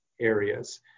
areas